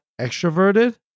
extroverted